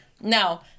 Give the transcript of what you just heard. Now